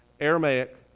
Aramaic